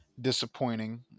disappointing